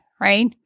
right